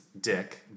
dick